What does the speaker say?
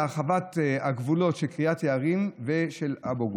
הרחבת הגבולות של קריית יערים ושל אבו גוש.